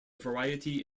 variety